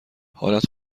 حالت